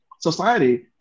society